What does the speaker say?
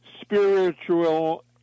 spiritual